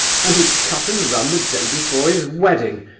and he'd cut and run the day before his wedding,